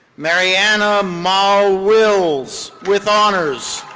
mariana mal wills with honors.